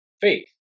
faith